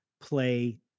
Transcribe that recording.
play